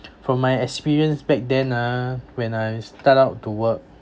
from my experience back then ah when I start out to work